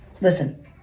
listen